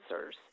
answers